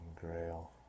Grail